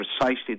precisely